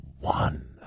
one